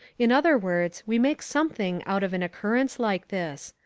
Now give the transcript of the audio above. in other words we make something out of an occurrence like this.